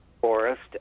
forest